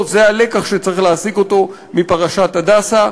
זה הלקח שצריך להסיק מפרשת "הדסה",